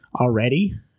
already